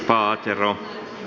paatero